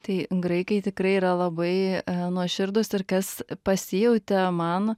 tai graikai tikrai yra labai nuoširdūs ir kas pasijautė man